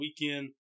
weekend